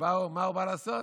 שמה הוא בא לעשות?